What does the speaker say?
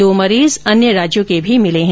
दो मरीज अन्य राज्यों के भी मिले हैं